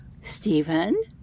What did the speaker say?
Stephen